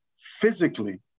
physically